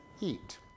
eat